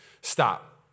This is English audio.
Stop